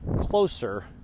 closer